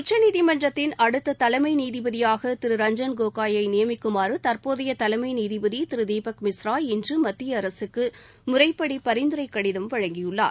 உச்சநீதிமன்றத்தின் அடுத்த தலைமை நீதிபதியாக திரு ரஞ்ஜன் கோகோ யை நியமிக்குமாறு தற்போதைய தலைமை நீதிபதி திரு தீபக் மிஸ்ரா இன்று மத்திய அரசுக்கு முறைப்படி பரிந்துரை கடிதம் வழங்கியுள்ளார்